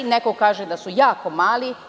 Neko kaže da su jako mali.